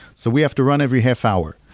so we have to run every half hour.